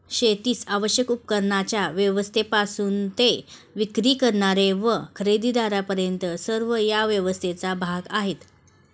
शेतीस आवश्यक उपकरणांच्या व्यवस्थेपासून ते विक्री करणारे व खरेदीदारांपर्यंत सर्व या व्यवस्थेचा भाग आहेत